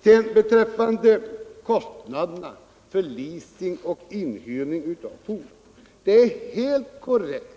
Vad kommunikationsministern läste upp ur vägverkets petita beträffande kostnaderna för leasing av fordon är helt korrekt.